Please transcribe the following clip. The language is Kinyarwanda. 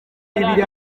ibiri